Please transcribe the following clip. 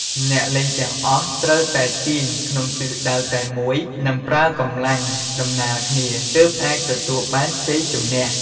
អ្នកលេងទាំងអស់ត្រូវតែទាញក្នុងទិសដៅតែមួយ និងប្រើកម្លាំងដំណាលគ្នា ទើបអាចទទួលបានជ័យជម្នះ។